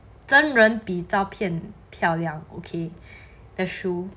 真人比照片漂亮 okay the shoe